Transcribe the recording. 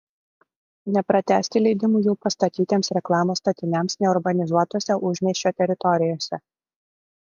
nepratęsti leidimų jau pastatytiems reklamos statiniams neurbanizuotose užmiesčio teritorijose